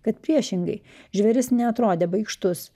kad priešingai žvėris neatrodė baikštus